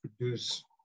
produce